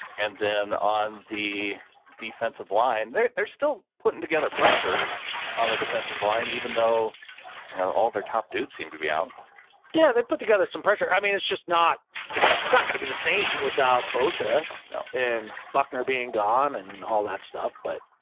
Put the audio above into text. and then on the defensive line there, they're still putting together pressure on the defensive line, even though and all their top dudes seem to be adam um yeah. they put together some pressure. i mean it's just not, it's not going to be the same without bossa you know and buckner being gone and all that stuff, but.